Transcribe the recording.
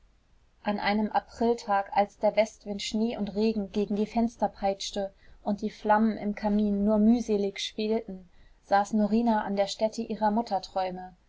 an einem apriltag als der westwind schnee und regen gegen die fenster peitschte und die flammen im kamin nur mühselig schwelten saß norina an der stätte ihrer